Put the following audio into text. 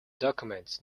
documents